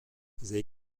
they